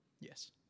Yes